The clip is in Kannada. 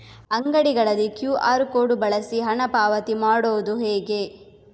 ಅಂಗಡಿಗಳಲ್ಲಿ ಕ್ಯೂ.ಆರ್ ಕೋಡ್ ಬಳಸಿ ಹಣ ಪಾವತಿ ಮಾಡೋದು ಹೇಗೆ?